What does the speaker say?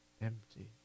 empty